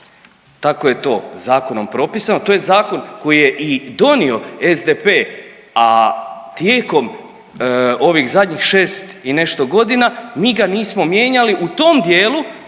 Tako je to zakonom propisano, to je zakon koji je i donio SDP, a tijekom ovih zadnjih 6 i nešto godina, mi ga nismo mijenjali u tom dijelu